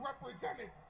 represented